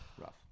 rough